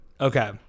Okay